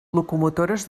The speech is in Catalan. locomotores